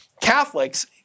Catholics